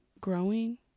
growing